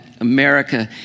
America